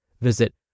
Visit